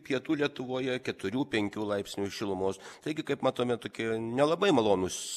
pietų lietuvoje keturių penkių laipsnių šilumos taigi kaip matome tokie nelabai malonūs